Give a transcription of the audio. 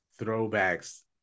throwbacks